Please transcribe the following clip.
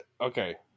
okay